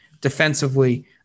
defensively